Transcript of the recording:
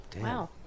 wow